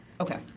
Okay